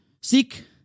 seek